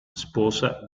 sposa